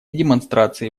демонстрации